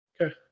Okay